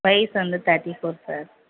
வயசு வந்து thirty four sir